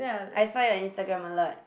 I find on Instagram a lot